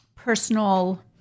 personal